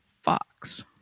Fox